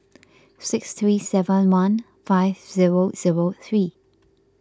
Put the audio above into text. six three seven one five zero zero three